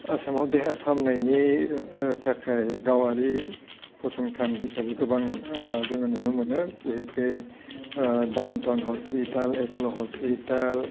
आसामाव देहा फाहामनायनि थाखाय गावारि फसंथान हिसाबै गोबां जोङो नुनो मोनो बेहिखे downtown hospital Apollo hospital